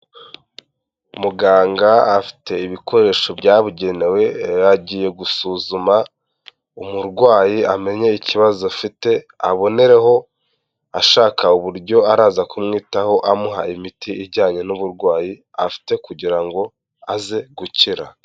Muganga afite ibikoresho byabugenewe, agiye gusuzuma umurwayi amenye ikibazo afite, aboneraho ashaka uburyo araza kumwitaho, amuha imiti ijyanye n'uburwayi afite kugira ngo aze gukira.